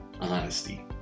honesty